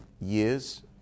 years